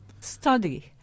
Study